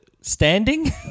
standing